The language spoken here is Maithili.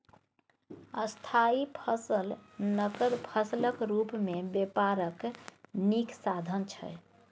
स्थायी फसल नगद फसलक रुप मे बेपारक नीक साधन छै